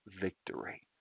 victory